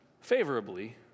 favorably